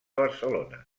barcelona